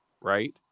right